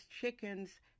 chickens